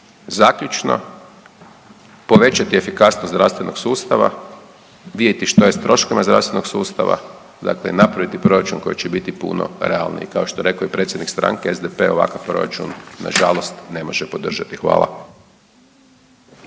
Zaključno, povećati efikasnost zdravstvenog sustava, vidjeti što je s troškovima zdravstvenog sustava, dakle i napraviti proračun koji će biti puno realniji. Ako što je rekao i predsjednik stranke, SDP ovakav proračun nažalost ne može podržati. Hvala.